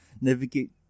navigate